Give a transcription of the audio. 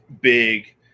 big